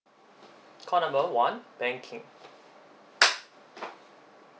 call number one banking